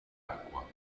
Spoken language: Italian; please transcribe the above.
acqua